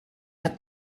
hat